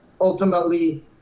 ultimately